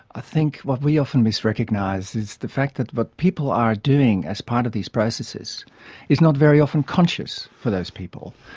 i think what we often misrecognise is the fact that what people are doing as part of these processes is not very often conscious for those people.